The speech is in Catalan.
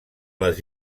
les